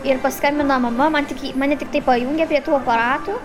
ir paskambino mama man tik į mane tiktai pajungė prie tų aparatų